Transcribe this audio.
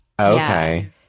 Okay